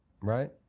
Right